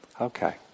Okay